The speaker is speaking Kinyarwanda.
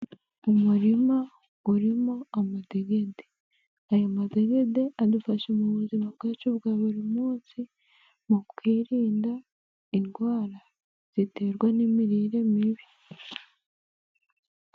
Umurima urimo amadegede, aya madegede adufasha mu buzima bwacu bwa buri munsi mu kwirinda indwara ziterwa n'imirire mibi.